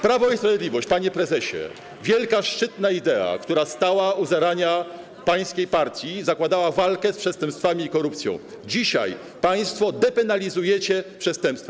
Prawo i Sprawiedliwość, panie prezesie, wielka szczytna idea, która stała u zarania pańskiej partii, zakładała walkę z przestępstwami i korupcją, dzisiaj państwo depenalizujecie przestępstwa.